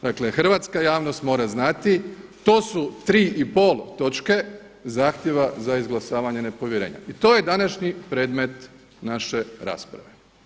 Dakle, hrvatska javnost mora znati to su tri i pol točke zahtjeva za izglasavanje nepovjerenja i to je današnji predmet naše rasprave.